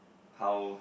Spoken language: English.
how